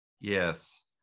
Yes